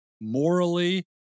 morally